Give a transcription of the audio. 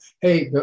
Hey